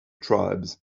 tribes